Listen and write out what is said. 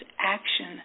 action